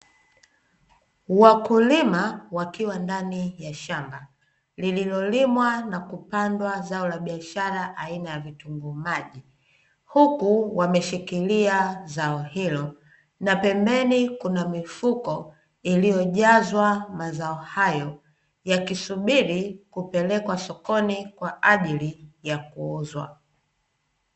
Wakulima wakiwa ndani ya shamba lililolimwa na kupandwa zao la biashara aina ya vitunguu maji, huku wameshikilia zao hilo na pembeni kuna mifuko iliyojazwa mazao hayo yakisubiri kupelekwa sokoni kwa ajili ya kuuzwa.